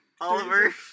Oliver